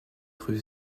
rue